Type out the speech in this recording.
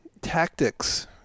tactics